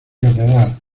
catedral